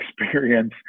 experience